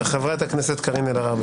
חברת הכנסת קארין אלהרר,